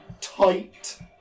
tight